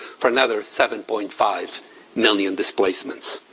for another seven point five million displacements.